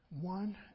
One